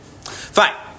Fine